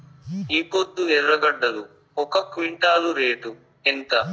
ఈపొద్దు ఎర్రగడ్డలు ఒక క్వింటాలు రేటు ఎంత?